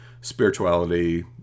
spirituality